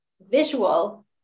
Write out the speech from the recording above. visual